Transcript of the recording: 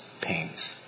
pains